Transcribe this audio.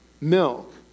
milk